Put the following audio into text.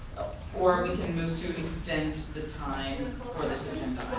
or we can move to extend the time for this and